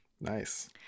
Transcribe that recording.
Nice